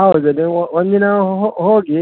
ಹೌದು ನೀವು ಒಂದು ದಿನ ಹೋಗಿ